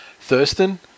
Thurston